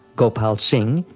gopal singh,